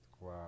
Wow